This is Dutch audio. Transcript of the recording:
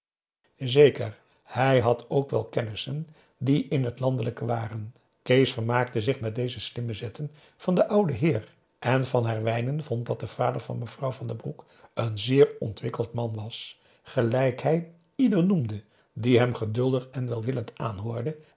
zeker hij had ook wel kennissen die in het landelijke waren kees vermaakte zich met deze slimme zetten van den ouden heer en van herwijnen vond dat de vader van mevrouw van den broek een zeer ontwikkeld man was gelijk hij ieder noemde die hem geduldig en welwillend aanhoorde